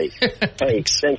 Thanks